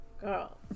Girl